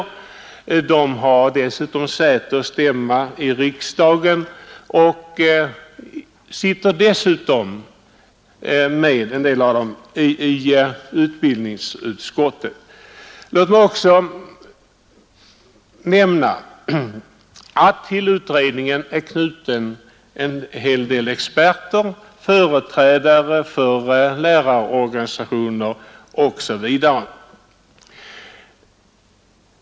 En del har också säte och stämma i riksdagen och är dessutom ledamöter av utbildningsutskottet. Låt mig också nämna att till utredningen är knutna en hel del experter, företrädare för lärarorganisationer osv.